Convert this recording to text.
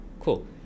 cool